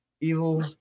evil